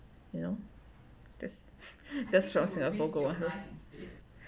you know there's that's for singapore